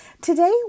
Today